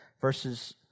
verses